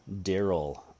Daryl